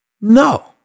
No